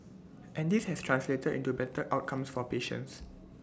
and this has translated into better outcomes for patients